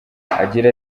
agira